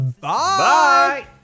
bye